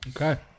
Okay